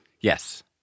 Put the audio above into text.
Yes